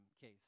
case